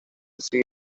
true